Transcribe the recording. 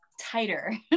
tighter